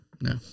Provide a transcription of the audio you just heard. No